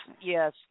Yes